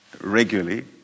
regularly